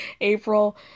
April